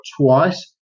twice